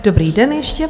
Dobrý den ještě.